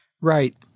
Right